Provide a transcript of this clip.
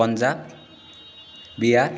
Punjab Bihar